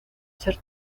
ser